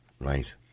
Right